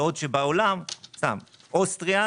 באוסטריה,